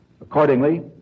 Accordingly